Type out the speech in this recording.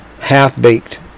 half-baked